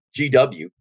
GW